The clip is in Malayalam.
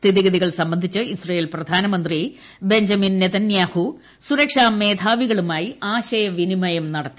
സ്ഥിതിഗതികൾ സംബന്ധിച്ച് ഇസ്രയേൽ പ്രധാനമന്ത്രി ബെഞ്ചമിൻ നെതന്യാഗു സുരക്ഷാ മേധാവികളുമായി ആശയവിനിമയം നടത്തി